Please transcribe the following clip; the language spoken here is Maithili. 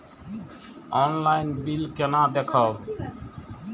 ऑनलाईन बिल केना देखब?